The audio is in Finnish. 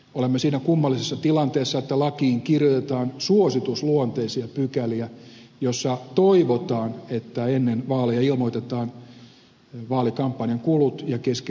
olemme siinä kummallisessa tilanteessa että lakiin kirjoitetaan suositusluonteisia pykäliä joissa toivotaan että ennen vaaleja ilmoitetaan vaalikampanjan kulut ja keskeinen rahoitus